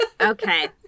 Okay